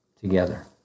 together